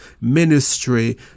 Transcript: ministry